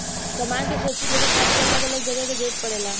सामान के सुरक्षित रखे खातिर अलग अलग जगह के जरूरत पड़ेला